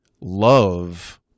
love